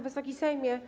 Wysoki Sejmie!